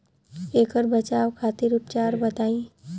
ऐकर बचाव खातिर उपचार बताई?